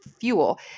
fuel